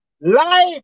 life